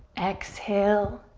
exhale,